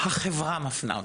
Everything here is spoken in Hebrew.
החברה מפנה אותה.